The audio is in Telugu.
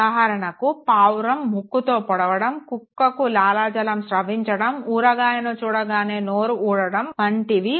ఉదాహరణకు పావురం ముక్కుతో పొడవడం కుక్కకు లాలాజలం స్రవించడం ఊరగాయను చూడాగానే నోరు ఊరడం వంటివి